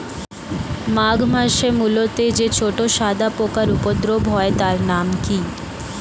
মাঘ মাসে মূলোতে যে ছোট সাদা পোকার উপদ্রব হয় তার নাম কি?